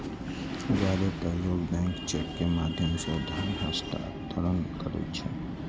जादेतर लोग bank cheque के माध्यम सं धन हस्तांतरण करै छै